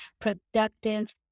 productive